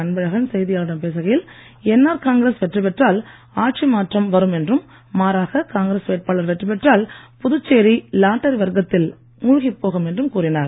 அன்பழகன் செய்தியாளர்களிடம் பேசுகையில் என்ஆர் காங்கிரஸ் வெற்றி பெற்றால் ஆட்சி மாற்றம் வரும் என்றும் மாறாக காங்கிரஸ் வேட்பாளர் வெற்றிபெற்றால் புதுச்சேரி லாட்டரி வர்த்கத்தில் மூழ்கிப் போகும் என்றும் கூறினார்